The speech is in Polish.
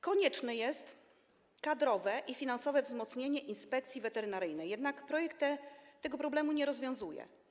Konieczne jest kadrowe i finansowe wzmocnienie Inspekcji Weterynaryjnej, jednak projekt tego problemu nie rozwiązuje.